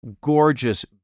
gorgeous